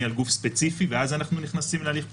על גוף ספציפי ואז אנחנו נכנסים להליך פיקוח,